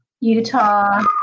Utah